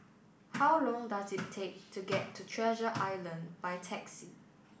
how long does it take to get to Treasure Island by taxi